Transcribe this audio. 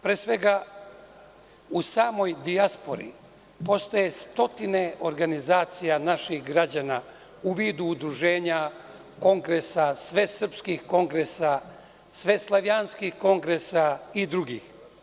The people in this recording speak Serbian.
Pre svega, u samoj dijaspori postoje stotine organizacija naših građana u vidu udruženja, kongresa, svesrpskih kongresa, sveslavljanskih kongresa i drugih.